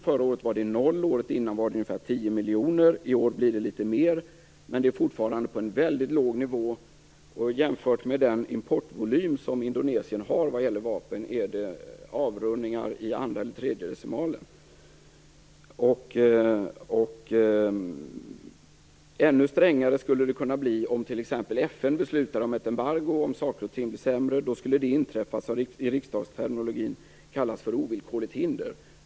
Förra året var resultatet noll, året innan ungefär 10 miljoner. I år blir det litet mer, men det är fortfarande på en mycket låg nivå. Jämfört med den volym på vapenimporten som Indonesien har är det fråga om avrundningar på andra eller tredje decimalen. Ännu strängare skulle det kunna bli om förhållandena försämras och t.ex. FN beslutar om ett embargo. Då skulle det som i riksdagsterminologin kallas ovillkorligt hinder inträffa.